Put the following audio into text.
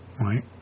right